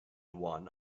one